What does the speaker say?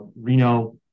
Reno